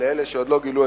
לאלה שעוד לא גילו,